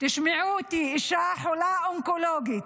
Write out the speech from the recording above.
תשמעו אותי, אישה חולה אונקולוגית,